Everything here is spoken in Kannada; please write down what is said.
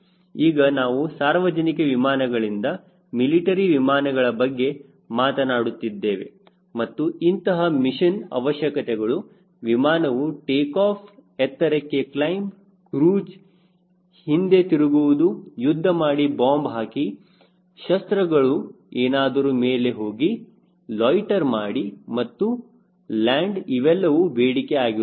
ಈಗ ನಾವು ಸಾರ್ವಜನಿಕ ವಿಮಾನಗಳಿಂದ ಮಿಲಿಟರಿ ವಿಮಾನಗಳ ಬಗ್ಗೆ ಮಾತನಾಡುತ್ತಿದ್ದೇವೆ ಮತ್ತು ಇಂತಹ ಮಿಷನ್ ಅವಶ್ಯಕತೆಗಳು ವಿಮಾನವು ಟೇಕಾಫ್ ಎತ್ತರಕ್ಕೆ ಕ್ಲೈಮ್ ಕ್ರೂಜ್ ಹಿಂದೆ ತಿರುಗುವುದು ಯುದ್ಧ ಮಾಡಿ ಬಾಂಬ್ ಹಾಕಿ ಶಸ್ತ್ರಗಳು ಏನಾದರೂ ಮೇಲೆ ಹೋಗಿ ಲೊಯ್ಟ್ಟೆರ್ ಮಾಡಿ ಮತ್ತು ಲ್ಯಾಂಡ್ ಇವೆಲ್ಲವೂ ಬೇಡಿಕೆ ಆಗಿರುತ್ತವೆ